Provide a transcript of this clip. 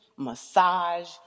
massage